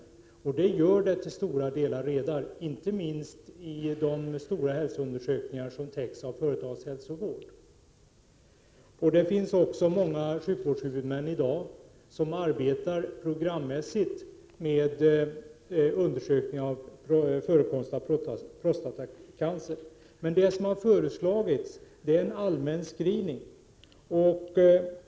Så är för övrigt i betydande utsträckning redan fallet, inte minst när det gäller de stora hälsoundersökningar som täcks av företagshälsovård. Det finns också många sjukvårdshuvudmän i dag som arbetar programmässigt med undersökning av förekomsten av prostatacancer. Men det som här har föreslagits är en allmän screening.